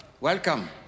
Welcome